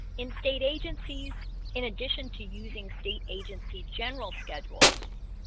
in state agencies in addition to using state agency general schedules